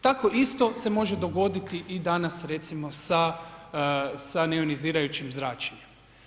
Tako isto se može dogoditi i danas recimo sa neionizirajućim zračenjem.